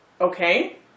okay